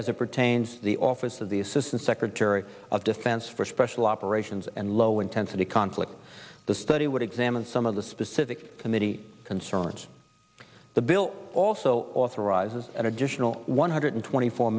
as pertains the office of the assistant secretary of defense for special operations and low intensity conflict the study would examine some of the specific committee concerns the bill also authorizes an additional one hundred twenty four